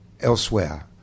elsewhere